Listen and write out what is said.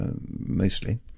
mostly